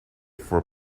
for